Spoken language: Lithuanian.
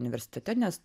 universitete nes